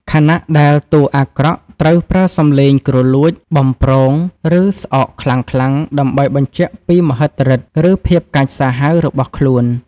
ខណៈដែលតួអាក្រក់ត្រូវប្រើសំឡេងគ្រលួច បំព្រង ឬស្អកខ្លាំងៗដើម្បីបញ្ជាក់ពីមហិទ្ធិឫទ្ធិ ឬភាពកាចសាហាវរបស់ខ្លួន។